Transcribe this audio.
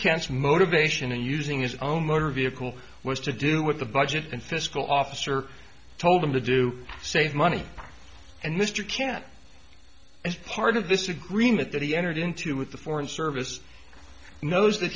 canst motivation and using his own motor vehicle was to do with the budget and fiscal officer told him to do save money and mr can't is part of this agreement that he entered into with the foreign service knows that